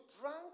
drank